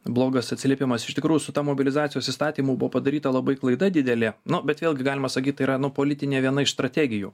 blogas atsiliepimas iš tikrųjų su ta mobilizacijos įstatymu buvo padaryta labai klaida didelė nu bet vėlgi galima sakyt tai yra nu politinė viena iš strategijų